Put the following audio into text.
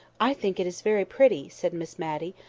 i think it is very pretty, said miss matty,